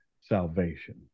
salvation